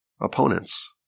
opponents